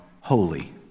holy